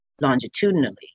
longitudinally